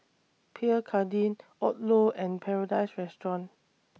Pierre Cardin Odlo and Paradise Restaurant